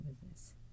business